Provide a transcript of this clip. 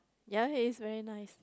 ya he is very nice